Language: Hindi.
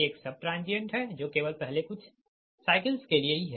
एक सब ट्रांजिएंट है जो केवल पहले कुछ साइकल्स के लिए ही है